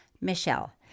Michelle